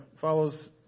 follows